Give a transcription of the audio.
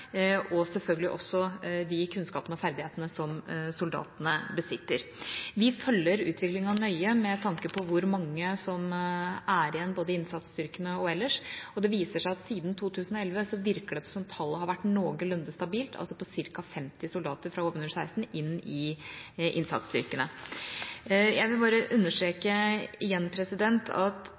og selvfølgelig også de kunnskapene og ferdighetene som soldatene besitter. Vi følger utviklinga nøye med tanke på hvor mange som er igjen både i innsatsstyrkene og ellers, og det viser seg at siden 2011 virker det som om tallet har vært noenlunde stabilt – altså på ca. 50 soldater fra HV-016 inn i innsatsstyrkene. Jeg vil bare understreke igjen at